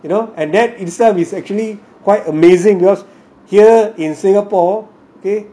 you know and that itself is actually quite amazing because here in singapore okay